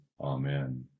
Amen